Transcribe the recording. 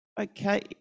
Okay